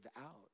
out